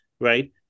right